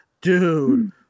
dude